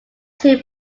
two